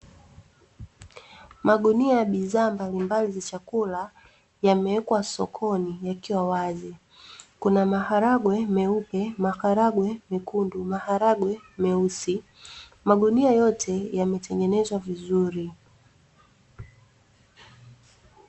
Magunia ya bidhaa mbalimbali za chakula yamewekwa sokoni yakiwa wazi. Kuna maharagwe meupe, maharagwe mekundu, maharagwe meusi. Magunia yote yametengenezwa vizuri.